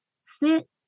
sit